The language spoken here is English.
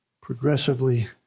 progressively